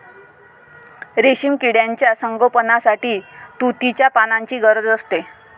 रेशीम किड्यांच्या संगोपनासाठी तुतीच्या पानांची गरज असते